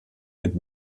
mit